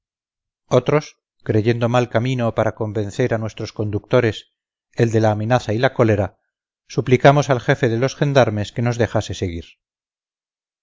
otros creyendo mal camino para convencer a nuestros conductores el de la amenaza y la cólera suplicamos al jefe de los gendarmes que nos dejase seguir